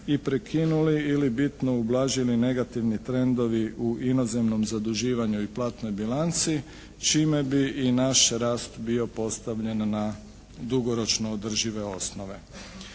i prekinuli ili bitno ublažili negativni trendovi u inozemnom zaduživanju i platnoj bilanci čime bi i naš rast bio postavljen na dugoročno održive osnove.